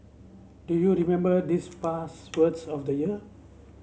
do you remember these past words of the year